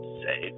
say